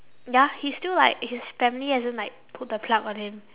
ya he's still like his family hasn't like pulled the plug on him